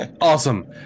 awesome